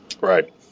Right